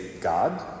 God